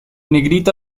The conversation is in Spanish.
negrita